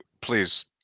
Please